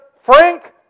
Frank